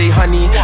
honey